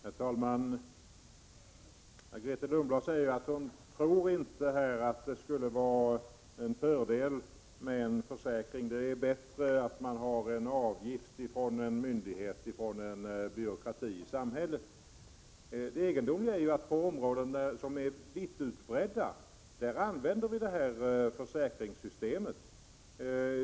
Herr talman! Grethe Lundblad säger att hon inte tror att det skulle vara en fördel med en försäkring, utan att det är bättre att ha en avgift från en myndighet, från en byråkrati i samhället. Det egendomliga är att på områden som är vittutbredda använder vi försäkringssystemet.